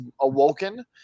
awoken